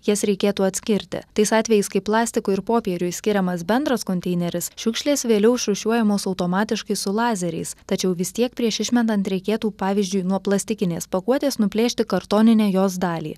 jas reikėtų atskirti tais atvejais kai plastikui ir popieriui skiriamas bendras konteineris šiukšlės vėliau išrūšiuojamos automatiškai su lazeriais tačiau vis tiek prieš išmetant reikėtų pavyzdžiui nuo plastikinės pakuotės nuplėšti kartoninę jos dalį